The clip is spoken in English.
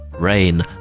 Rain